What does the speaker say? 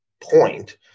point